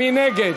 מי נגד?